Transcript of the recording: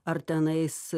ar tenais